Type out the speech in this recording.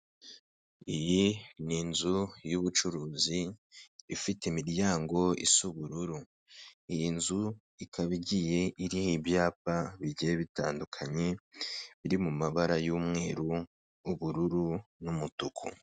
Iyi ni inzu y'ubucuruzi ifite imiryango isa ubururu. Iyi nzu ikaba igiye iriho ibyapa bigiye bitandukanye biri mu mabara y'umweru, ubururu n'umutuku.